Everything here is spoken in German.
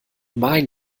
mein